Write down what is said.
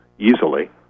easily